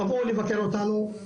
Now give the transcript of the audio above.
תבואו לבקר אותנו,